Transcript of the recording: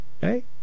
Hey